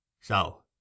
So